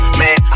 man